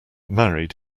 married